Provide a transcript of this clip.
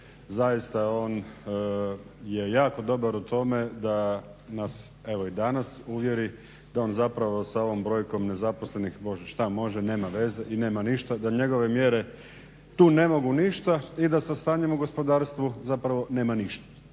zaista on je jako dobar u tome da nas evo i danas uvjeri da on zapravo sa ovom brojkom nezaposlenih što može, nema veze i nema ništa, da njegove mjere tu ne mogu ništa i da sa stanjem u gospodarstvu zapravo nema ništa.